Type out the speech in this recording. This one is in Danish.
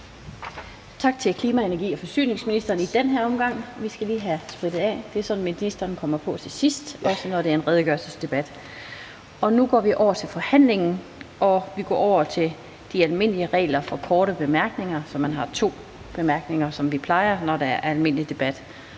Tak til klima-, energi- og forsyningsministeren i den her omgang. Vi skal lige have sprittet af. Det er sådan, at ministeren kommer på til sidst, også når det er en redegørelsesdebat. Nu går vi over til forhandlingen, og vi går over til de almindelige regler for korte bemærkninger, så man har to korte bemærkninger, som vi plejer, når der er almindelig debat.